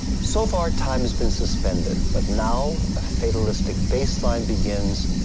so far, time has been suspended, but now a fatalistic bass line begins,